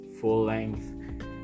full-length